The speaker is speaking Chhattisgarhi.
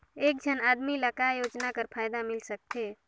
एक झन आदमी ला काय योजना कर फायदा मिल सकथे?